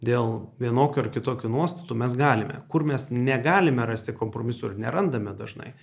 dėl vienokių ar kitokių nuostatų mes galime kur mes negalime rasti kompromisų ir nerandame dažnai